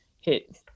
hit